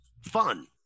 fun